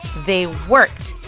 they worked.